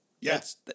Yes